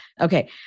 Okay